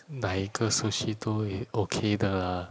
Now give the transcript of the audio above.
哪一个 sushi 都 okay 的 lah